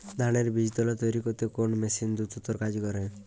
ধানের বীজতলা তৈরি করতে কোন মেশিন দ্রুততর কাজ করে?